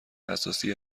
اساسی